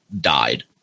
died